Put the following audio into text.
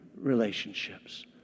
relationships